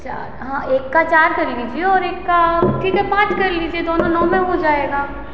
चार हाँ एक का चार कर लीजिए और एक का ठीक है पाँच कर लीजिए दोनों नौ में हो जाएगा